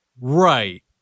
right